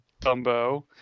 Dumbo